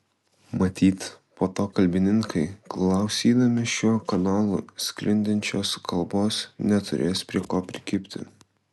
matyt po to kalbininkai klausydami šiuo kanalu sklindančios kalbos neturės prie ko prikibti